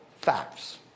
facts